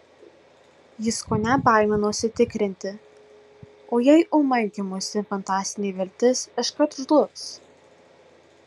jis kone baiminosi tikrinti o jei ūmai gimusi fantastinė viltis iškart žlugs